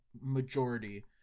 majority